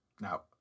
Now